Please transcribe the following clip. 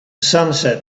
sunset